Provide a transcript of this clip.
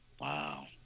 wow